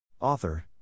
Author